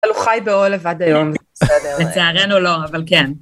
הוא חי באוהל לבד היום, בסדר. -לצערנו לא, אבל כן.